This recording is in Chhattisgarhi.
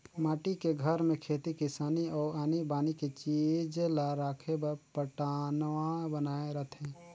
माटी के घर में खेती किसानी अउ आनी बानी के चीज ला राखे बर पटान्व बनाए रथें